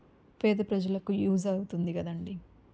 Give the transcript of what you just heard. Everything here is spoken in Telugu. పేద ప్రజలకు యూస్ అవుతుంది కదండీ